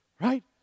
Right